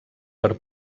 per